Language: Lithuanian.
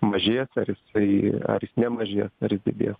mažės ar jisai ar jis nemažės ar jis didės